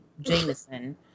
Jameson